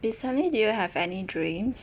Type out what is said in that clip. recently do you have any dreams